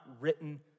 written